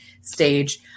stage